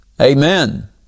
Amen